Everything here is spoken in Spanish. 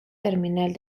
terminal